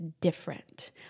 different